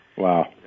Wow